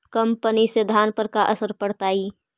कम पनी से धान पर का असर पड़तायी?